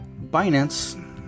Binance